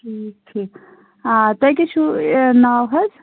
ٹھیٖک ٹھیٖک آ تہٕ کیٛاہ چھُو ناو حظ